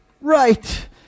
Right